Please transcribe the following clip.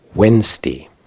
Wednesday